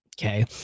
Okay